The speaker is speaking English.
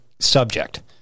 subject